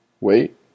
Wait